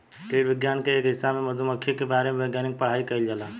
कीट विज्ञान के ए हिस्सा में मधुमक्खी के बारे वैज्ञानिक पढ़ाई कईल जाला